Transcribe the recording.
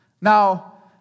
Now